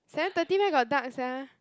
seven thirty where got dark sia